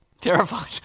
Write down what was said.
Terrified